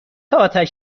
آتش